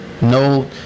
No